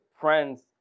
friends